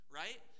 right